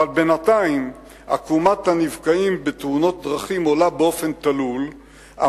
בינתיים עקומת הנפגעים בתאונות הדרכים עולה עלייה תלולה,